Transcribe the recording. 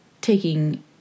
taking